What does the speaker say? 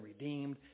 redeemed